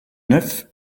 neuf